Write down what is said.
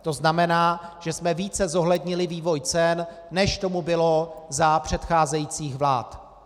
To znamená, že jsme více zohlednili vývoj cen, než tomu bylo za předcházejících vlád.